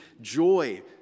joy